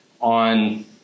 on